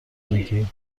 میگی